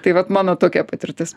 tai vat mano tokia patirtis